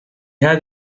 had